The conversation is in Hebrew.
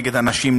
נגד אנשים,